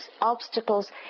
obstacles